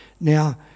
Now